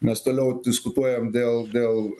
mes toliau diskutuojam dėl dėl